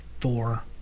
four